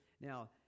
Now